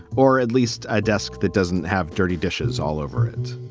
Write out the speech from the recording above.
or at least a desk that doesn't have dirty dishes all over it.